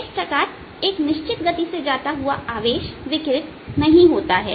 इस प्रकार एक निश्चित गति से जाता हुआ आवेश विकिरित नहीं होता है